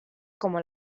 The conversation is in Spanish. como